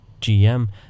GM